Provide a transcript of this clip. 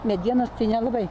medienos tai nelabai